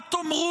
מה תאמרו,